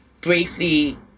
briefly